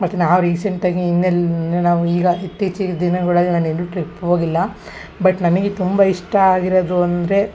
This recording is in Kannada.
ಮತ್ತು ನಾವು ರೀಸೆಂಟಾಗಿ ಇನ್ನೆಲ್ಲಿ ನಾವು ಈಗ ಇತ್ತೀಚಿಗೆ ದಿನಗಳಲ್ಲಿ ನಾನು ಎಲ್ಲೂ ಟ್ರಿಪ್ ಹೋಗಿಲ್ಲ ಬಟ್ ನನಗೆ ತುಂಬ ಇಷ್ಟ ಆಗಿರೋದು ಅಂದರೆ